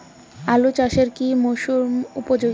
আলু চাষের জন্য কি মরসুম উপযোগী?